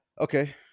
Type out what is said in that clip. okay